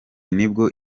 nibwo